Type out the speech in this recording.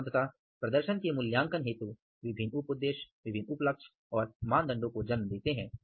तो अंततः प्रदर्शन के मूल्यांकन हेतु विभिन्न उप उद्देश्य विभिन्न उप लक्ष्य और मानदंडो को जन्म देते हैं